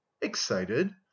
excited